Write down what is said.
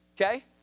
okay